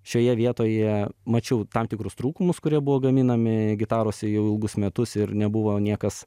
šioje vietoje mačiau tam tikrus trūkumus kurie buvo gaminami gitarose jau ilgus metus ir nebuvo niekas